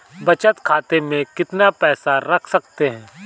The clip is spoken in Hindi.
बचत खाते में कितना पैसा रख सकते हैं?